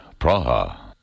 Praha